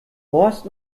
horst